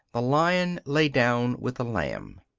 the lion lay down with the lamb.